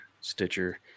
stitcher